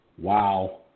Wow